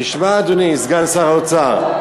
תשמע, אדוני סגן שר האוצר.